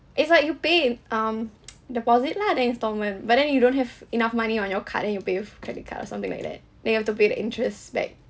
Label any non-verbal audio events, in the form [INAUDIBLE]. it's like you pay in um [NOISE] deposit lah then instalment but then you don't have enough money on your card then you pay with credit card or something like that then you have to pay the interest back